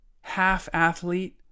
half-athlete